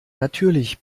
natürlich